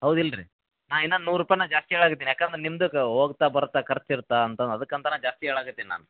ಹೌದು ಇಲ್ಲರಿ ನಾ ಇನ್ನು ನೂರು ರೂಪಾಯಿ ನಾ ಜಾಸ್ತಿ ಹೇಳಕತ್ತೀನಿ ಯಾಕಂದ್ರೆ ನಿಮ್ದು ಕ ಹೋಗ್ತಾ ಬರ್ತಾ ಖರ್ಚು ಇರತ್ತೆ ಅಂತ ಅದಕ್ಕೆ ಅಂತನೆ ನಾ ಜಾಸ್ತಿ ಹೇಳಕತ್ತಿನ್ ನಾನು